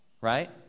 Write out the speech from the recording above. right